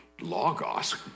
Logos